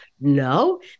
No